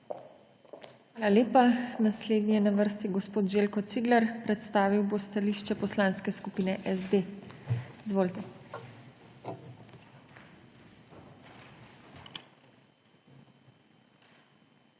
Hvala lepa. Naslednji je na vrsti gospod Željko Cigler. Predstavil bo stališče Poslanske skupine SD. Izvolite. ŽELJKO